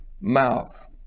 mouth